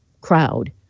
crowd